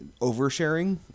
oversharing